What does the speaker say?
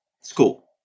school